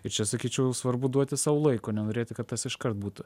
ir čia sakyčiau svarbu duoti sau laiko nenorėti kad tas iškart būtų